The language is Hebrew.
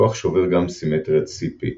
הכוח שובר גם סימטריית CP,